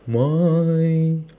my